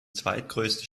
zweitgrößte